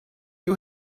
you